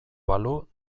balu